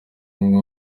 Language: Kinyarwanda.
umwe